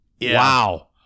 wow